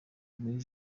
muri